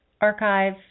archive